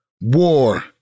War